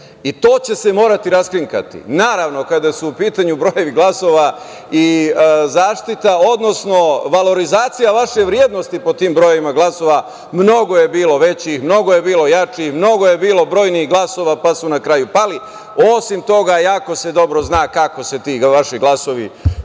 i to će se morati raskrinkati. Naravno, kada su u pitanju brojevi glasova i zaštita, odnosno valorizacija vaše vrednosti po tim brojevima glasova, mnogo je bilo većih, mnogo je bilo jačih, mnogo je bilo brojnih glasova, pa su na kraju pali. Osim toga, jako se dobro zna kako se ti vaši glasovi